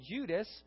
Judas